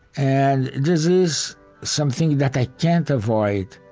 and this is something that i can't avoid.